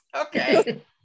Okay